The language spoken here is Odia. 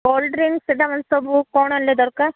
କୋଲଡ଼୍ରିଙ୍କସ୍ ସେଟା ମାନେ ସବୁ କ'ଣ ହେଲେ ଦରକାର